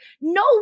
No